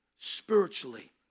spiritually